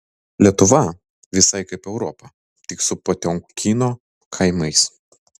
lietuva visai kaip europa tik su potiomkino kaimais